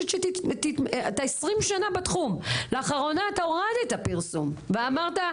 אתה 20 שנה בתחום ולאחרונה אתה הורדת פרסום ואמרת,